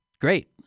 great